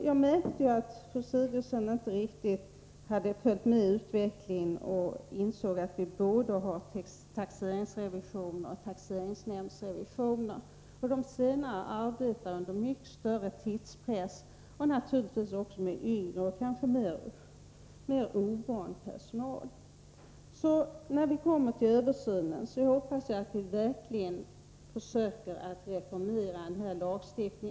Jag märkte ju att fru Sigurdsen inte riktigt hade följt utvecklingen och insåg skillnaden mellan taxeringsrevisioner och taxeringsnämndsrevisioner. De som arbetar med de senare gör detta under mycket större tidspress. Det är också fråga om yngre och kanske mer ovan personal. Jag hoppas verkligen att översynen leder till reformer vad gäller denna lagstiftning.